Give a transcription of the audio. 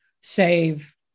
save